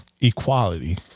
Equality